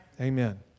Amen